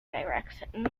direction